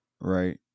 right